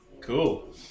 Cool